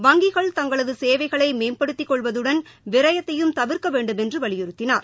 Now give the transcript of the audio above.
வங்கிகள் தங்களதுசேவைகளைமேம்படுத்திக் கொள்வதுடன் விரயத்தையும் தவிர்க்கவேண்டுமென்றுவலியுறுத்தினார்